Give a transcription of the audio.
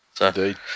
Indeed